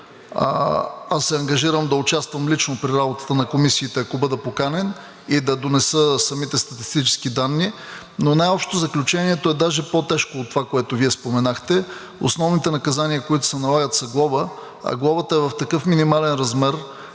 аз се ангажирам да участвам лично при работата на комисиите, ако бъда поканен, и да донеса самите статистически данни. Но най-общо заключението е даже по-тежко от това, което Вие споменахте. Основните наказания, които се налагат, са глоба, а тя е в такъв минимален размер,